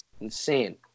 Insane